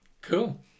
Cool